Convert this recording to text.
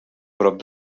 prop